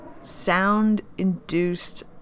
sound-induced